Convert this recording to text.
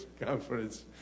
conference